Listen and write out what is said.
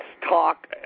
talk